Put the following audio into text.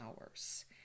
hours